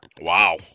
Wow